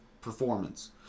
performance